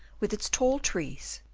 with its tall trees,